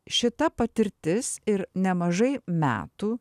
šita patirtis ir nemažai metų